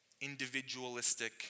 individualistic